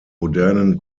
modernen